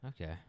Okay